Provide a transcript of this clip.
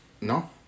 no